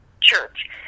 church